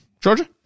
Georgia